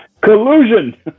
Collusion